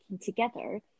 together